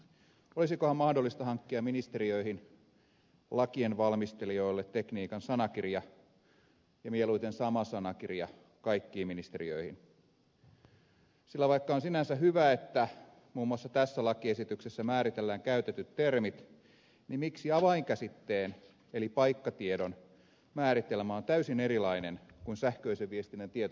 olisikohan mahdollista hankkia ministeriöihin lakien valmistelijoille tekniikan sanakirja ja mieluiten sama sanakirja kaikkiin ministeriöihin sillä vaikka on sinänsä hyvä että muun muassa tässä lakiesityksessä määritellään käytetyt termit niin miksi avainkäsitteen eli paikkatiedon määritelmä on täysin erilainen kuin sähköisen viestinnän tietosuojalaissa